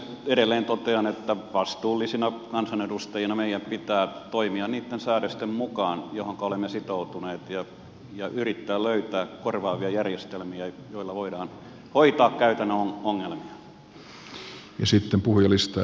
edelleen totean että vastuullisina kansanedustajina meidän pitää toimia niitten säädösten mukaan joihinka olemme sitoutuneet ja yrittää löytää korvaavia järjestelmiä joilla voidaan hoitaa käytännön ongelmia